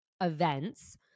events